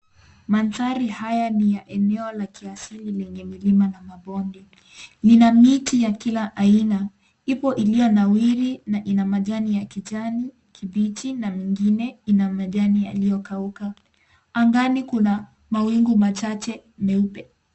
Mandhari haya ni ya eneo la kiasili yenye milima na mabonde. Lina miti ya kila aina. Ipo iliyonawiri na ina majani ya kijani kibichi na mengine ina majani yaliyokauka. Angani kuna mawingu machache meupe.